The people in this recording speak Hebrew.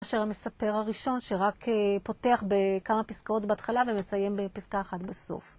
כאשר המספר הראשון שרק פותח בכמה פסקאות בהתחלה ומסיים בפסקה אחת בסוף.